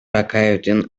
акаевдин